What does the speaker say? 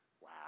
Wow